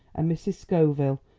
and mrs. scoville,